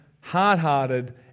hard-hearted